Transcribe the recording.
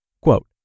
Quote